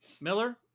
miller